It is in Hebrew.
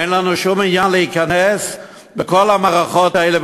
אין לנו שום עניין להיכנס בכל המערכות האלה,